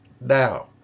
now